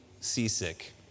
seasick